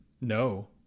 No